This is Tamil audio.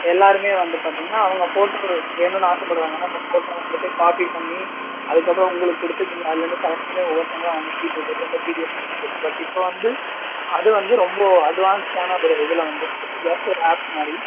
எல்லாருமே வந்து பார்த்தீங்கனா அவங்க ஃபோட்டோ வேணும்னு ஆசைப்படுவாங்க நம்ம ஃபோட்டோ வந்துட்டு காப்பி பண்ணி அதுக்கப்புறம் உங்களுக்கு கொடுத்து நீங்கள் அதில் இருந்து செலெக்ட் பண்ணி ஒவ்வொருத்தங்களா அனுப்பிட்டு இருக்குறது ரொம்ப ப்ராசஸ் பட் இப்போ வந்து அது வந்து ரொம்ப அட்வான்ஸ்ஸான ஒரு இதில் வந்துடுச்சு ஜஸ்ட்டு ஒரு ஆப் மாதிரி